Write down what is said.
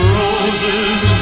roses